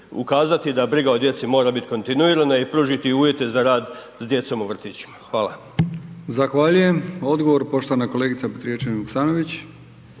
ukazati da briga o djeci mora biti kontinuirana i pružiti uvjete za rad s djecom u vrtićima. Hvala. **Brkić, Milijan (HDZ)** Zahvaljujem. Odgovor poštovana kolegica Petrijevčanin Vuksanović.